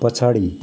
पछाडि